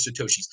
Satoshis